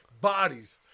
bodies